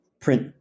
print